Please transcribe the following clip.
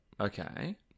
Okay